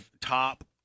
top